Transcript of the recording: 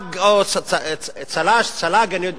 צל"ג, או צל"ש, צל"ג, צל"ש או טר"ש.